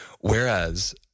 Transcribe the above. Whereas